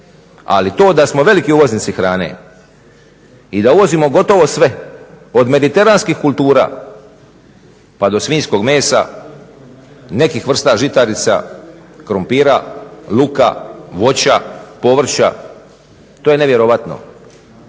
ali to da smo veliki uvoznici hrane i da uvozimo gotovo sve od mediteranskih kultura pa do svinjskog mesa, nekih vrsta žitarica, krumpira, luka, voća, povrća, to je nevjerojatno.